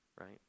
right